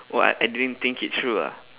!wah! I didn't think it through ah